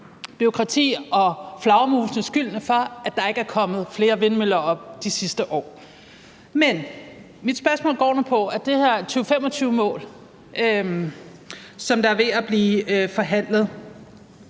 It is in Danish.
bureaukrati og flagermusene skylden for, at der ikke er kommet flere vindmøller op de sidste år. Men mit spørgsmål går nu på det her 2025-mål, som er ved at blive forhandlet.